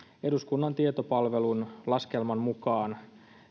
eduskunnan tietopalvelun laskelman mukaan